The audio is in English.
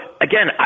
again